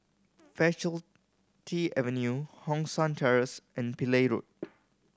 Faculty Avenue Hong San Terrace and Pillai Road